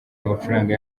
amafaranga